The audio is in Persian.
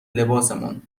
لباسمون